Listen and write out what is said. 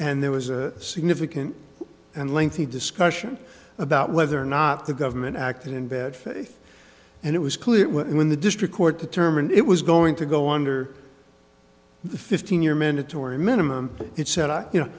and there was a significant and lengthy discussion about whether or not the government acted in bad faith and it was clear when the district court determined it was going to go under the fifteen year mandatory minimum it said i you know